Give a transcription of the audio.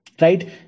Right